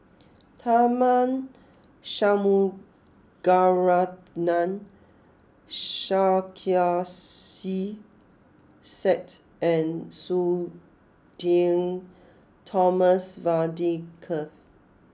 Tharman Shanmugaratnam Sarkasi Said and Sudhir Thomas Vadaketh